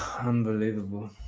Unbelievable